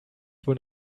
wohl